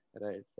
right